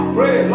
Pray